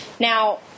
Now